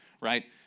right